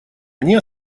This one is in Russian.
они